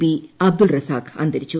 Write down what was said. B Abdul Razak അന്തരിച്ചു